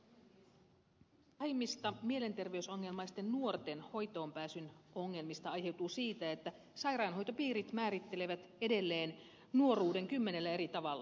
yksi pahimmista mielenterveysongelmaisten nuorten hoitoonpääsyn ongelmista aiheutuu siitä että sairaanhoitopiirit määrittelevät edelleen nuoruuden kymmenellä eri tavalla